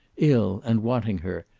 ill, and wanting her,